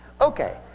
Okay